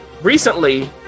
Recently